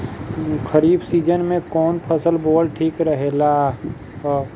खरीफ़ season में कौन फसल बोअल ठिक रहेला ह?